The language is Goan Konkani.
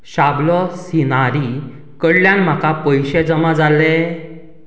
शाबलो सिनारी कडल्यान म्हाका पयशे जमा जाले